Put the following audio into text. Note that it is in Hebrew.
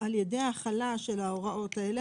על ידי החלה של ההוראות האלה,